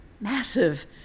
massive